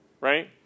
right